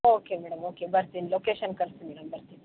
okay madam okay ಬರ್ತೀನಿ location ಕಳಿಸಿ madam ಬರ್ತೀನಿ